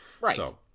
Right